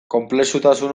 konplexutasun